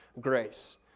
grace